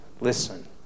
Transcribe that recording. listen